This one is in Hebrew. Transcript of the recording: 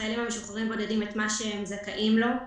החיילים המשוחררים הבודדים את מה שהם זכאים לו.